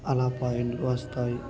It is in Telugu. అలా పాయింట్లు వస్తాయి